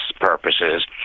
purposes